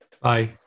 Bye